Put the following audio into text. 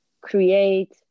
create